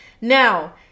Now